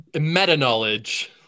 meta-knowledge